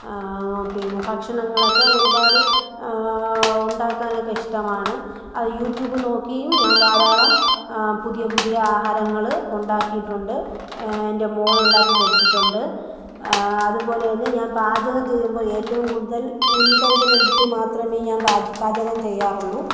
പിന്നെ ഭക്ഷണങ്ങളൊക്കെ ഒരുപാട് ഉണ്ടാക്കാനൊക്കെ ഇഷ്ടമാണ് അത് യുറ്റൂബ് നോക്കിയും ഞാൻ ധാരാളം പുതിയ പുതിയ ആഹാരങ്ങൾ ഉണ്ടാക്കിയിട്ടുണ്ട് എൻ്റെ മോന് ഉണ്ടാക്കി കൊടുത്തിട്ടുണ്ട് അതുപോലെത്തന്നെ ഞാൻ പാചകം ചെയ്യുമ്പോൾ ഏറ്റവും കൂടുതൽ മുൻകരുതലെടുത്ത് മാത്രമേ ഞാൻ പാചക പാചകം ചെയ്യാറുളളൂ